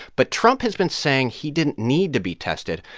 but trump has been saying he didn't need to be tested,